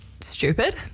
stupid